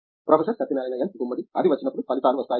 professor Satyanarayana N Gummadi అది వచ్చినప్పుడు ఫలితాలు వస్తాయి